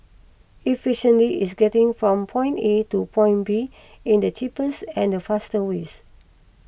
efficiency is getting from point A to point B in the cheapest and fastest ways